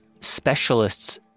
specialists